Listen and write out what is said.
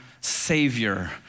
Savior